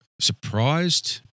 surprised